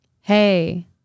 hey